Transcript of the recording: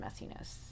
messiness